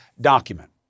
document